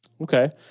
Okay